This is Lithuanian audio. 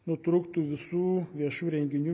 nutrūktų visų viešų renginių